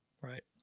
Right